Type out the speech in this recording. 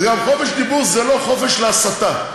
וגם חופש הדיבור זה לא חופש להסתה,